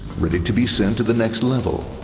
ready to be sent to the next level.